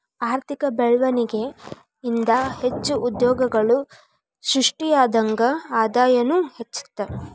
ಆರ್ಥಿಕ ಬೆಳ್ವಣಿಗೆ ಇಂದಾ ಹೆಚ್ಚು ಉದ್ಯೋಗಗಳು ಸೃಷ್ಟಿಯಾದಂಗ್ ಆದಾಯನೂ ಹೆಚ್ತದ